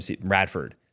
Radford